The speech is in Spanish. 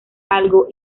algo